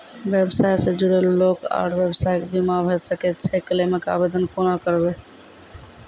व्यवसाय सॅ जुड़ल लोक आर व्यवसायक बीमा भऽ सकैत छै? क्लेमक आवेदन कुना करवै?